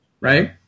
right